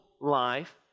life